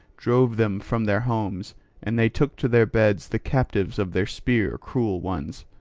drove them from their homes and they took to their beds the captives of their spear, cruel ones.